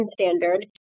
standard